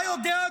אתה יודע,